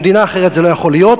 במדינה אחרת זה לא יכול להיות.